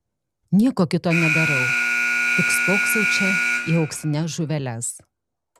nieko kito nedarau tik spoksau čia į auksines žuveles